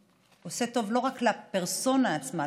וזה עושה טוב לא רק לפרסונה עצמה,